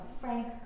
frank